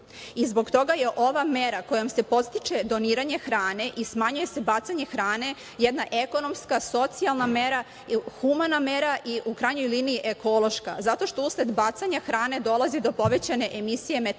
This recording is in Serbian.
i zbog toga je ova mera kojom se podstiče doniranje hrane i smanjuje se bacanje hrane jedna ekonomska, socijalna mera, humana mera, i u krajnjoj liniji ekološka, zato što usled bacanja hrane dolazi do povećanje emisije metana i